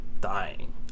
dying